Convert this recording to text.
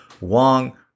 Wang